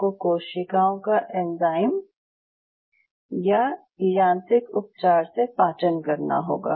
आपको कोशिकाओं का एंजाइम या यांत्रिक उपचार से पाचन करना होगा